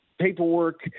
paperwork